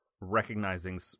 recognizing